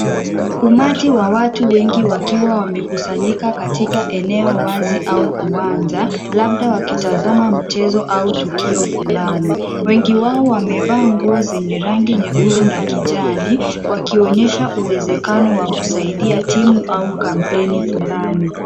Umati wa watu wengi wakiwa wamekusanyika katika eneo wazi au uwanja, labda wakitazama mchezo au tukio fulani. Wengi wao wamevaa nguo zenye rangi nyekundu na kijani, wakionyesha uwezekano wa kusaidia timu au kampeni fulani.